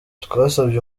twasabye